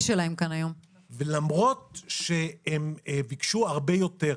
למרות שהם ביקשו הרבה יותר.